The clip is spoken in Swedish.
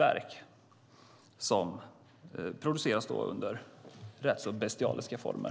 Det är sådant som produceras under rätt så bestialiska former.